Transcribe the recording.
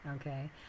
okay